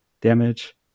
damage